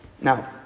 Now